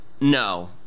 No